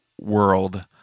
world